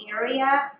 area